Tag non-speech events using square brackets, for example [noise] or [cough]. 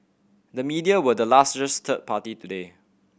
the media were the [unintelligible] third party today